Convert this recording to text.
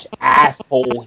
asshole